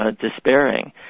despairing